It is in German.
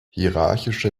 hierarchische